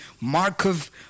Markov